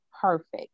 perfect